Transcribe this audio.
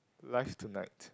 life tonight